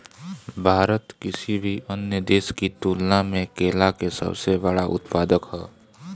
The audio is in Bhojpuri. भारत किसी भी अन्य देश की तुलना में केला के सबसे बड़ा उत्पादक ह